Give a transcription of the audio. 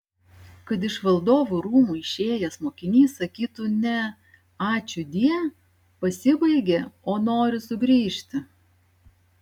kad iš valdovų rūmų išėjęs mokinys sakytų ne ačiūdie pasibaigė o noriu sugrįžti